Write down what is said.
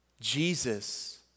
Jesus